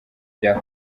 bya